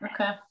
Okay